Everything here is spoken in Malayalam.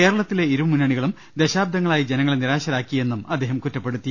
കേരളത്തിലെ ഇരുമുന്നണികളും ദശാബ്ദങ്ങളായി ജനങ്ങളെ നിരാശരാക്കിയെന്നും അദ്ദേഹം കുറ്റപ്പെടുത്തി